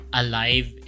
alive